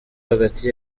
hagati